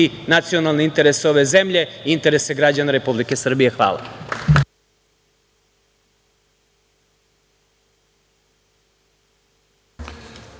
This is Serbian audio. nacionalne interese ove zemlje i interese građana Republike Srbije. Hvala.